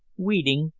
weeding,